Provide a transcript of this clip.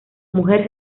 mujer